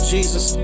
Jesus